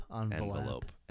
Envelope